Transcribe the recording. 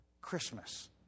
Christmas